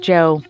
Joe